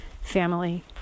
family